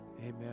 amen